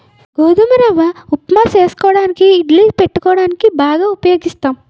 గోధుమ రవ్వ ఉప్మా చేసుకోవడానికి ఇడ్లీ పెట్టుకోవడానికి బాగా ఉపయోగిస్తాం